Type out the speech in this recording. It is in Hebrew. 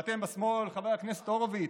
ואתם בשמאל, חבר הכנסת הורוביץ,